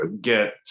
get